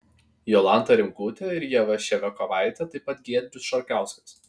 jolanta rimkutė ir ieva ševiakovaitė taip pat giedrius šarkauskas